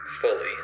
fully